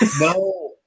No